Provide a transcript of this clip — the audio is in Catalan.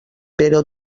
però